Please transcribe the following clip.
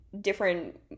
different